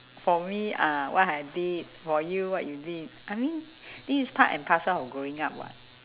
for me uh what I did for you what you did I mean this is part and parcel of growing up what